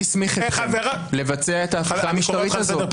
מי הסמיך אתכם לבצע את ההפיכה המשטרית הזאת?